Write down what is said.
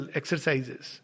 exercises